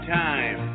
time